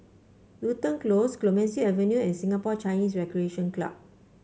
Wilton Close Clemenceau Avenue and Singapore Chinese Recreation Club